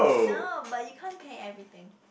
no but you can't pay everything